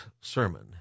sermon